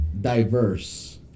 diverse